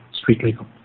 street-legal